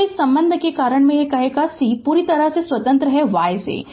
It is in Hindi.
तो इस संबंध के कारण यह कहेगा कि c पूरी तरह से स्वतंत्र y है संदर्भ समय 0947